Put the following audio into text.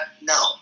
no